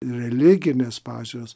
religinės pažiūros